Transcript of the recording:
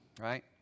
right